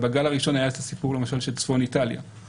בגל הראשון היה למשל הסיפור של צפון איטליה,